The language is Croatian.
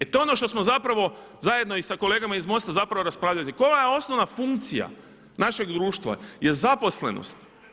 To je ono što smo zapravo zajedno i sa kolegama iz MOST-a raspravljali, koja je osnovna funkcija našeg društva je zaposlenost.